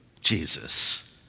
Jesus